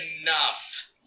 enough